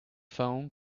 phone